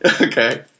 Okay